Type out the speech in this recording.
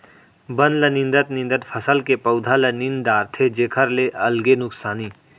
बन ल निंदत निंदत फसल के पउधा ल नींद डारथे जेखर ले अलगे नुकसानी